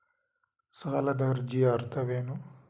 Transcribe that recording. ಸಾಲದ ಅರ್ಜಿಯ ಅರ್ಥವೇನು?